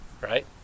right